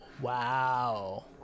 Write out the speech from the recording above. Wow